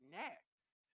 next